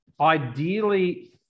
ideally